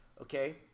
okay